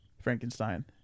Frankenstein